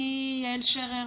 אני יעל שרר,